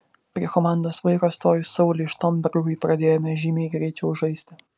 prie komandos vairo stojus sauliui štombergui pradėjome žymiai greičiau žaisti